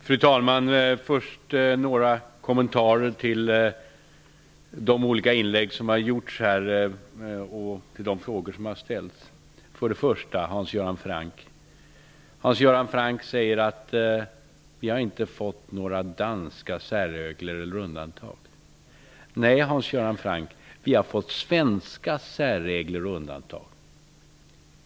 Fru talman! Först några kommentarer med anledning av de olika inläggen och de olika frågor som här har ställts. För det första vänder jag mig till Hans Göran Franck, som säger att vi inte har fått några danska särregler eller undantag. Nej, Hans Göran Franck, vi har fått svenska särregler och undantag.